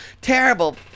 terrible